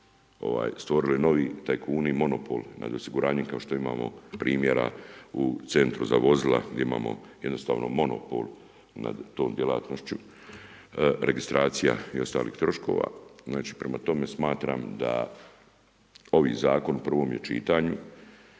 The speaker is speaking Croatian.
stvorili novi tajkuni i monopol nad osiguranjem kao što imamo primjera u centru za vozila, gdje imamo jednostavno monopol nad tom djelatnošću, registracija i ostalih troškova. Prema tome smatram da ovi zakon u prvom je čitanju,